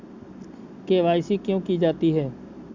KYC क्यों की जाती है?